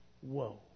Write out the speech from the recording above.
Whoa